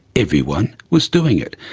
everyone was doing it,